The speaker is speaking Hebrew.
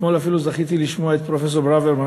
אתמול אפילו זכיתי לשמוע את פרופסור ברוורמן,